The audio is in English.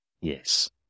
Yes